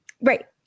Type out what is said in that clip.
Right